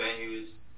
venues